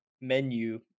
menu